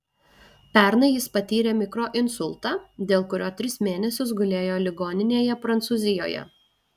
pernai jis patyrė mikroinsultą dėl kurio tris mėnesius gulėjo ligoninėje prancūzijoje